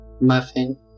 Muffin